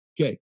Okay